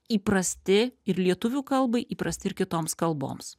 įprasti ir lietuvių kalbai įprasti ir kitoms kalboms